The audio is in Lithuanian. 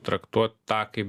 traktuot tą kaip